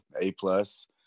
A-plus